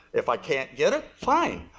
if i can't get it fine.